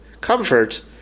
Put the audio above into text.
comfort